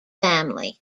family